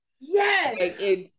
yes